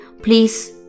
Please